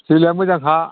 जोलैया मोजांखा